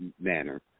manner